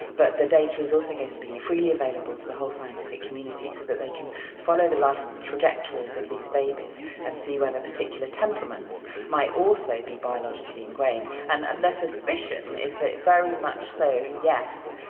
but the data is also going to be freely available to the whole scientific community so that they can follow the life trajectories of these babies and see whether particular temperaments might also be biologically ingrained. and their suspicion is that very much so, yes,